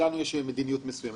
לנו יש מדיניות מסוימת?